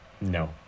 No